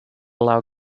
allow